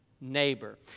neighbor